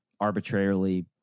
arbitrarily